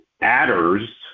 adders